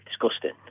disgusting